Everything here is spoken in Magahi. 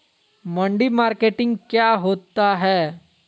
मंडी मार्केटिंग क्या होता है?